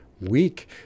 weak